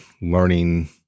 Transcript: learning